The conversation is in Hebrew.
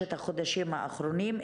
בשלושת החודשים האחרונים.